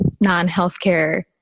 non-healthcare